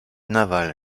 naval